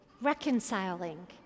reconciling